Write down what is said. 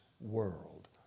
world